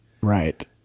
Right